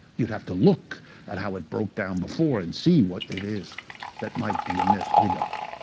you'd have to look at how it broke down before and see what it is that might be amiss. we don't.